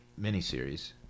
miniseries